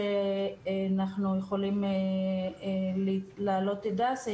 שאנחנו יכולים לעלות את דסי,